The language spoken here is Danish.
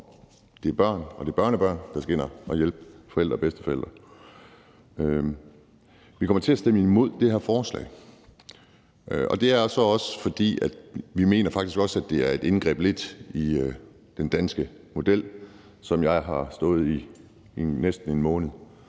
er det børn og børnebørn, der skal ind og hjælpe forældre og bedsteforældre. Vi kommer til at stemme imod det her forslag, og det er så også, fordi vi faktisk mener, at det lidt er et indgreb i den danske model, som jeg har stået i næsten en måned